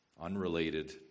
unrelated